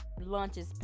lunches